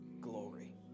glory